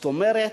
זאת אומרת,